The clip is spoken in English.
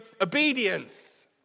obedience